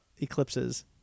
eclipses